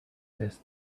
this